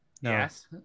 Yes